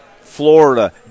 Florida